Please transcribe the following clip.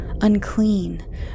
unclean